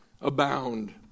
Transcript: abound